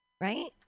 Right